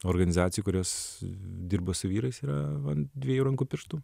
organizacijų kurios dirba su vyrais yra ant dviejų rankų pirštų